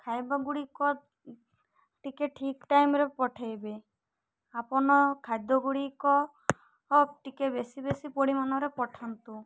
ଖାଇବା ଗୁଡ଼ିକ ଟିକେ ଠିକ୍ ଟାଇମ୍ରେ ପଠାଇବେ ଆପଣ ଖାଦ୍ୟ ଗୁଡ଼ିକ ଟିକେ ବେଶୀ ବେଶୀ ପରିମାଣରେ ପଠାନ୍ତୁ